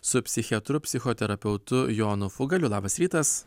su psichiatru psichoterapeutu jonu fugaliu labas rytas